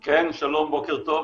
כן, שלום, בוקר טוב.